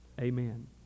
amen